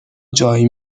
جای